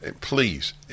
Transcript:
Please